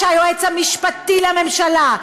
כשהיועץ המשפטי לממשלה,